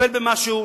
לטפל במשהו,